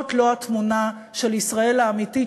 זאת לא התמונה של ישראל האמיתית,